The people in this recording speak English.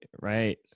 right